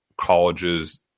colleges